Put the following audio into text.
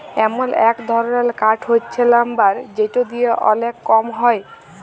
এমল এক ধরলের কাঠ হচ্যে লাম্বার যেটা দিয়ে ওলেক কম হ্যয়